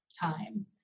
time